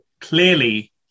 clearly